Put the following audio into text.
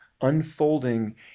unfolding